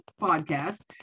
podcast